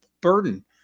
burden